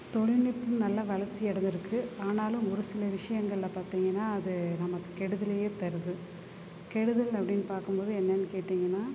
தொழில்நுட்பம் நல்லா வளர்ச்சி அடைஞ்சுருக்கு ஆனாலும் ஒரு சில விஷயங்களில் பார்த்திங்கன்னா அது நமக்கு கெடுதலையே தருது கெடுதல் அப்பிடின்னு பாக்கும்போது என்னென்னு கேட்டிங்கன்னா